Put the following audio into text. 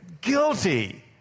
guilty